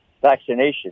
Vaccination